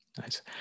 Nice